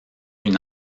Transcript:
une